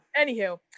anywho